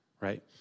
Right